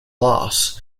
loss